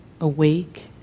awake